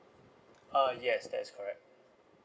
uh yes that's correct